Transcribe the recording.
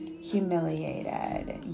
humiliated